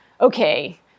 Okay